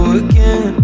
again